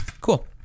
Cool